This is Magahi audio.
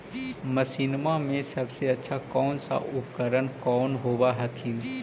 मसिनमा मे सबसे अच्छा कौन सा उपकरण कौन होब हखिन?